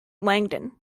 langdon